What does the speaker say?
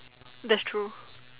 that's true